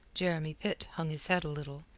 jeremy pitt hung his head a little,